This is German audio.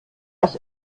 das